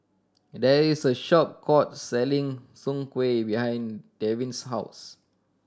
there is a short court selling Soon Kuih behind Devin's house